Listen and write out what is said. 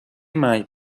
мають